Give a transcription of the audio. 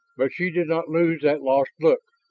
but she did not lose that lost look.